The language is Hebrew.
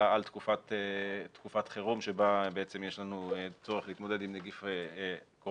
על תקופת החירום שבה יש לנו צורך להתמודד עם נגיף הקורונה,